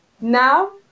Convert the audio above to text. now